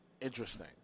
interesting